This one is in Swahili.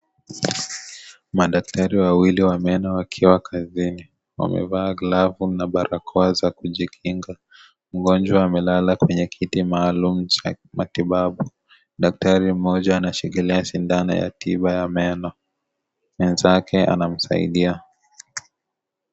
Madaktari wawili wa meno wakiwa kazini. Wamevaa glovu na barakoa za kujikinga. Mgonjwa amelala kwenye kiti maalum cha matibabu. Daktari mmoja anashikilia sindano ya tiba ya meno. Mwenzake anamsaidia.